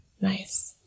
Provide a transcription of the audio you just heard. Nice